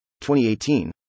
2018